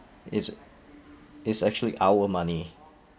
is is actually our money